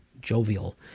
jovial